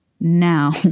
now